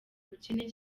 ubukene